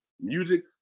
music